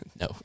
no